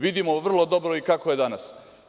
Vidimo vrlo dobro i kako je danas.